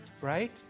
right